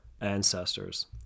ancestors